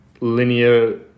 linear